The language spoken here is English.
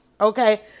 Okay